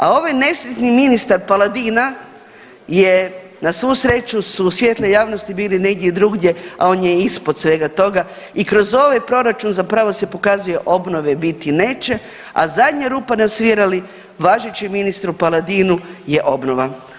A ovaj nesretni ministar Paladina je na svu sreću su svjetla javnosti bili negdje drugdje, a on je ispod svega toga i kroz ovaj proračun zapravo se pokazuje obnove biti neće, a zadnja rupa na svirali, važeći ministru Paladinu je obnova.